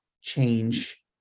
change